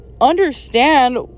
understand